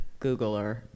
Googler